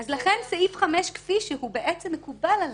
אז לכן סעיף 5 כפי שהוא בעצם מקובל עלייך.